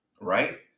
Right